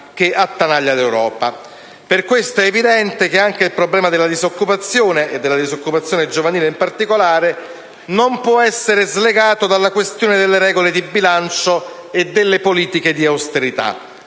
che attanaglia l'Europa. Per questo è evidente che anche il problema della disoccupazione, e della disoccupazione giovanile in particolare, non può essere slegato dalla questione delle regole di bilancio e della politica di austerità: